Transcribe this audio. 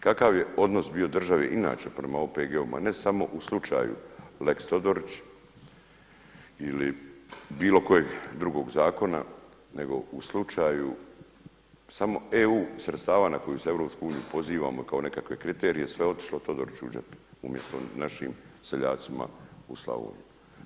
Kakav je odnos bio države inače prema OPG-ovima, ne samo u slučaju lex Todorić ili bilo kojeg drugog zakona nego u slučaju samo EU sredstva na koje se EU pozivamo kao nekakve kriterije sve je otišlo Todoriću u džep, umjesto našim seljacima u Slavoniju.